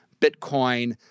Bitcoin